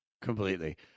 Completely